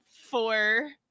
four